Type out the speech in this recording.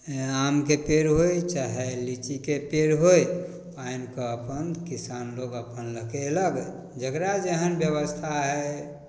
एँ आमके पेड़ होइ चाहे लीचीके पेड़ होइ आनिकऽ अपन किसान लोक अपन लगेलक जकरा जेहन बेबस्था हइ